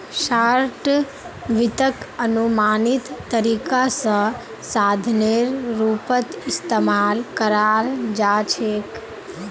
short वित्तक अनुमानित तरीका स साधनेर रूपत इस्तमाल कराल जा छेक